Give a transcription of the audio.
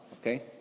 Okay